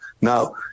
now